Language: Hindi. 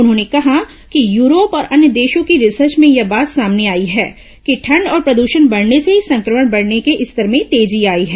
उन्होंने कहा कि यूरोप और अन्य देशों की रिसर्च में यह बात सामने आई है कि ठंड और प्रद्षण बढ़ने से संक्रमण बढ़ने के स्तर में तेजी आई है